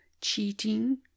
cheating